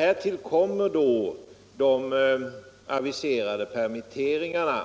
Härtill kommer de aviserade permitteringarna